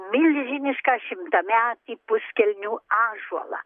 milžinišką šimtametį puskelnių ąžuolą